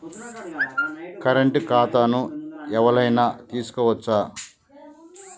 Current ఖాతాను ఎవలైనా తీసుకోవచ్చా?